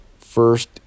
First